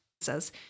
says